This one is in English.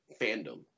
fandom